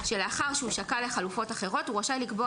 שלאחר שהוא שקל חלופות אחרות הוא רשאי לקבוע